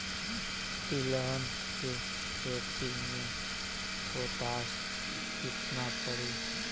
तिलहन के खेती मे पोटास कितना पड़ी?